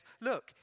Look